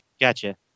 Gotcha